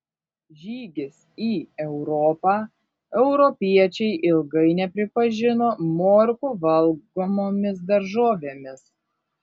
žygis į europą europiečiai ilgai nepripažino morkų valgomomis daržovėmis